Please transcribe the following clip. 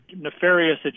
nefarious